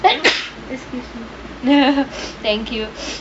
thank you